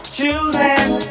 Choosing